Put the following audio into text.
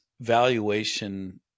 valuation